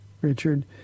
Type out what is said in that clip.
Richard